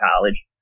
college